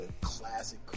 Classic